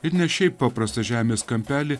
ir ne šiaip paprastą žemės kampelį